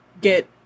get